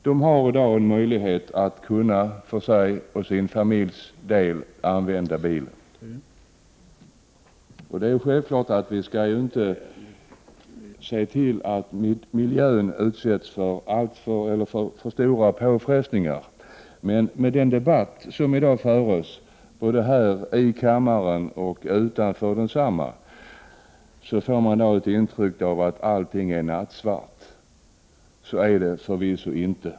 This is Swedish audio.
De var tidigare hänvisade till att cykla eller gå. Det är självklart att vi skall se till att miljön inte utsätts för stora påfrestningar. Men av debatten i dag både här i riksdagens kammare och utanför densamma får man intrycket att allting är nattsvart. Så är det förvisso inte.